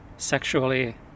sexually